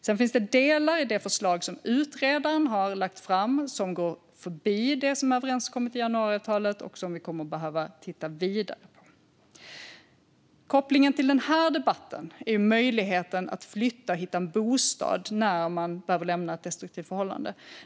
Sedan finns det delar i det förslag som utredaren har lagt fram som går förbi det som är överenskommet i januariavtalet och som vi kommer att behöva titta vidare på. Kopplingen till den här debatten är möjligheten att flytta och hitta en bostad när man behöver lämna ett destruktivt förhållande.